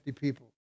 people